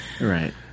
Right